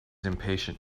impatient